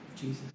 Jesus